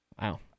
Wow